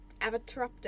Avatar